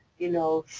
you know,